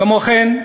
כמו כן,